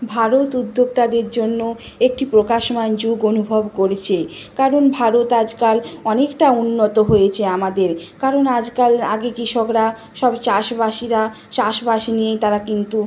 ভারত উদ্যোক্তাদের জন্য একটি প্রকাশমান যুগ অনুভব করছে কারণ ভারত আজকাল অনেকটা উন্নত হয়েছে আমাদের কারণ আজকাল আগে কৃষকরা সব চাষবাসীরা চাষবাস নিয়েই তারা কিন্তু